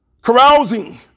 carousing